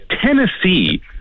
Tennessee